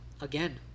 again